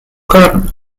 corn